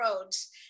roads